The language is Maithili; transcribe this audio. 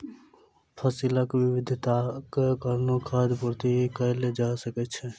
फसीलक विविधताक कारणेँ खाद्य पूर्ति कएल जा सकै छै